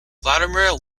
vladimir